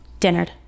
dinnered